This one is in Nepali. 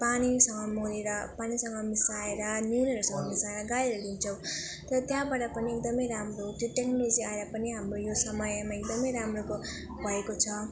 पानीसँग मोलेर पानीसँग मिसाएर नुनहरूसँग मिसाएर गाईहरूलाई दिन्छौँ तर त्यहाँबाट पनि एकदम राम्रो त्यो टेक्नोलोजी आए पनि हाम्रो यो समयमा एकदम राम्रो भएको छ